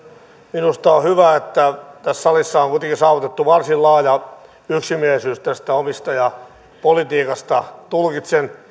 minusta on hyvä että tässä salissa on kuitenkin saavutettu varsin laaja yksimielisyys tästä omistajapolitiikasta tulkitsen